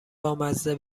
بامزه